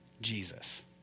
Jesus